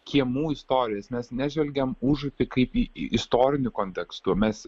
kiemų istorijas mes nežvelgiam užupį kaip į istoriniu kontekstu mes